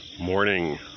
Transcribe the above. morning